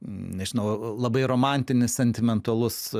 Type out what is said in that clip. nežinau labai romantinis sentimentalus